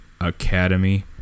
academy